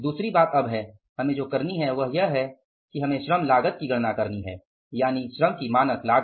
दूसरी बात अब है हमें जो करना है वह यह है कि श्रम लागत की हमें गणना करनी है यानि श्रम की मानक लागत